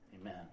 Amen